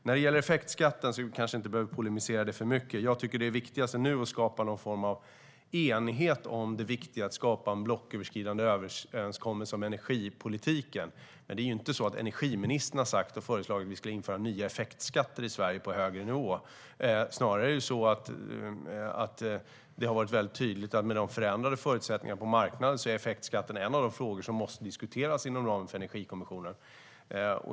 När det gäller effektskatten behöver vi kanske inte polemisera den alltför mycket. Det viktigaste nu är att skapa någon form av enighet om att det är viktigt att skapa en blocköverskridande överenskommelse om energipolitiken. Energiministern har inte sagt eller föreslagit att vi ska införa nya effektskatter i Sverige på högre nivå. Det har snarare varit väldigt tydligt att med de förändrade förutsättningarna på marknaden är effektskatten en av de frågor som måste diskuteras inom ramen för Energikommissionen.